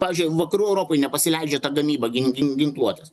pavyzdžiui vakarų europoj nepasileidžia ta gamyba gin gin ginkluotės